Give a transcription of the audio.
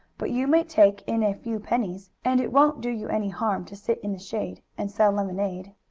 but you may take in a few pennies, and it won't do you any harm to sit in the shade and sell lemonade.